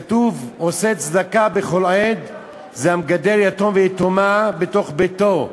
כתוב: "עושה צדקה בכל עת" זה המגדל יתום ויתומה בתוך ביתו,